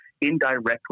indirectly